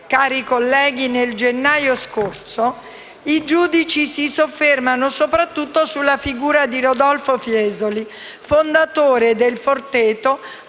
cari colleghi - nel gennaio scorso, i giudici si soffermano soprattutto sulla figura di Rodolfo Fiesoli, fondatore de Il Forteto,